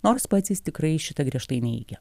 nors pats jis tikrai šitą griežtai neigia